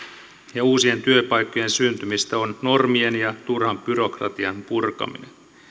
ja uusien työpaikkojen syntymistä on normien ja turhan byrokratian purkaminen